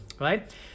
right